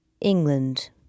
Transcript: England